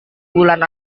bulan